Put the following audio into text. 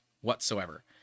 whatsoever